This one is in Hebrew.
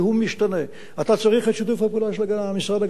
אתה צריך את שיתוף הפעולה של המשרד להגנת הסביבה.